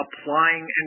applying